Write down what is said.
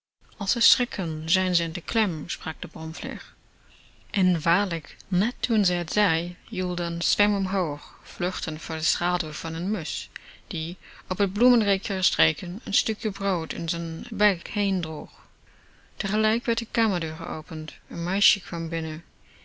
als ze schrikken zijn ze in de klem sprak de bromvlieg en waarlijk net toen ze het zei joelde een zwerm omhoog vluchtend voor de schaduw van een musch die op t bloemenrekje gestreken n stukje brood in z'n bek henen droeg tegelijk werd de kamerdeur geopend n meisje kwam binnen